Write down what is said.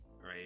right